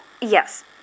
Yes